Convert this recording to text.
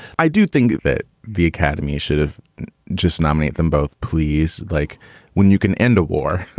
i do think that the academy should have just nominate them both, please like when you can end a war,